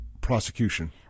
prosecution